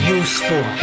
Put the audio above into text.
useful